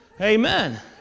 Amen